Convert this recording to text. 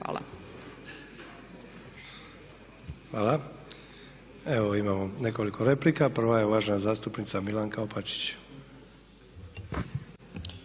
(HDZ)** Hvala. Evo imamo nekoliko replika. Prva je uvažena zastupnica Milanka Opačić.